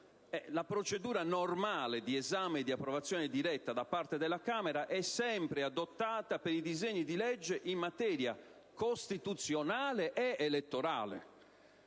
«La procedura normale di esame e approvazione diretta da parte della Camera è sempre adottata per i disegni di legge in materia costituzionale ed elettorale».